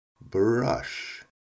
brush